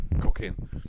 cooking